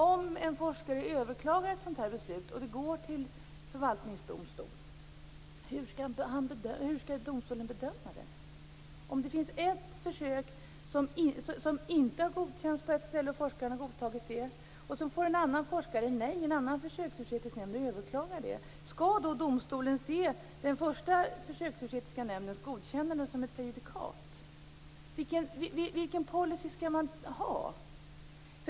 Om en forskare överklagar ett sådant här beslut och det går till förvaltningsdomstol, hur skall domstolen då bedöma det? Vi tänker oss att det finns ett försök som inte har godkänts på ett ställe och att forskaren har godtagit det. Sedan får en annan forskare nej i en annan djurförsöksetisk nämnd och överklagar det beslutet. Skall då domstolen se den första djurförsöksetiska nämndens godkännande som ett prejudikat?